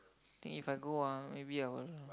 think If I go ah maybe I will